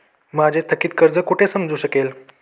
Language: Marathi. माझे थकीत कर्ज कुठे समजू शकेल?